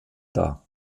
dar